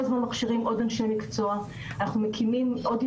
אז אני רק אסיים בקצרה --- מקום, לא מזרן.